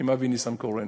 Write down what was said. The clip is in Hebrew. אבי ניסנקורן